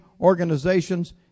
organizations